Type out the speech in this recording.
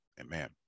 amen